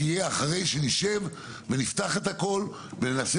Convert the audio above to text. תהיה אחרי שנשב ונפתח את הכול וננסה